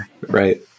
Right